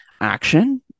action